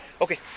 Okay